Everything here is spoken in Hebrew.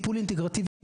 טיפול אינטגרטיבי